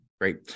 Great